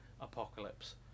Apocalypse